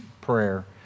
prayer